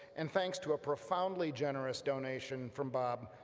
and thanks to a profoundly generous donation from bob,